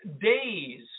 days